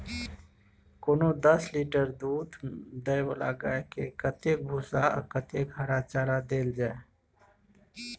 कोनो दस लीटर दूध दै वाला गाय के कतेक भूसा आ कतेक हरा चारा देल जाय?